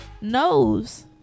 knows